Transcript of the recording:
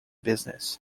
business